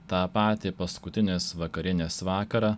tą patį paskutinės vakarienės vakarą